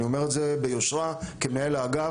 אני אומר את זה ביושרה כמנהל האגף,